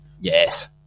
Yes